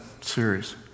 series